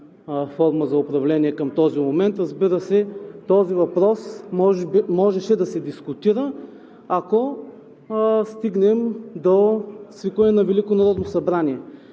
форма за управление към този момент. Разбира се, този въпрос можеше да се дискутира, ако стигнем до свикване на Велико народно събрание.